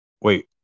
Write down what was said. wait